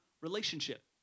relationship